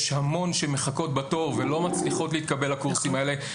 יש המון שמחכות בתור ולא מצליחות להתקבל לקורסים האלה.